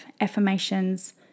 affirmations